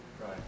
Right